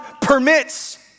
permits